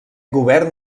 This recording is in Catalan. govern